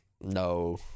No